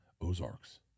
Ozarks